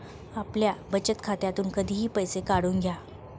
आपल्या बचत खात्यातून कधीही पैसे काढून घ्या